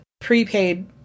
prepaid